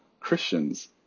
Christians